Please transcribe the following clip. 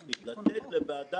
נתחיל מן הסוף: